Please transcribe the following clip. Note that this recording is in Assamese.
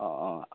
অ অ